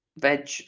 veg